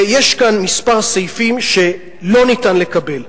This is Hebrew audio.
ויש כאן כמה סעיפים שאי-אפשר לקבל.